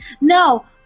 No